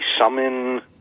summon